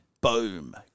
Boom